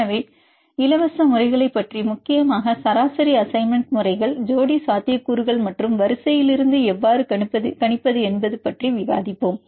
எனவே இலவச முறைகளைப் பற்றி முக்கியமாக சராசரி அசைன்மெண்ட் முறைகள் ஜோடி சாத்தியக்கூறுகள் மற்றும் வரிசையிலிருந்து எவ்வாறு கணிப்பது பற்றி விவாதிப்போம்